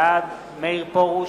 בעד מאיר פרוש,